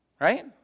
Right